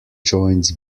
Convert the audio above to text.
joints